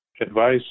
advice